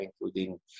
including